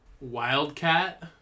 Wildcat